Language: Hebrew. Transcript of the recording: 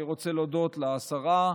אני רוצה להודות לשרה,